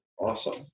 awesome